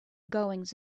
goings